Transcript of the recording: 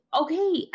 Okay